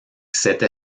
cette